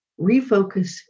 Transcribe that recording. refocus